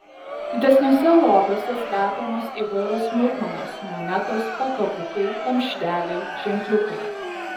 didesniuose lobiuose slepiamos įvairios smulkmenos monetos pakabukai kamšteliai ženkliukai